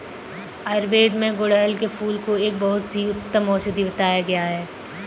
आयुर्वेद में गुड़हल के फूल को एक बहुत ही उत्तम औषधि बताया गया है